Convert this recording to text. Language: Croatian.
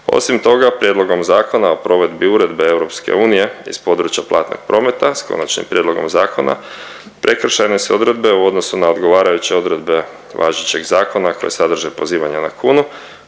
Osim toga, Prijedlogom Zakona o provedbu uredbi EU iz područja platnog prometa s konačnim prijedlogom zakona prekršajne se odredbe u odnosu na odgovarajuće odredbe važećeg zakona koje sadrže pozivanje na kunu